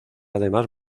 además